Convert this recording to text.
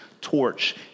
torch